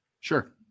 Sure